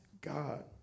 God